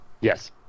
Yes